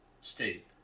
State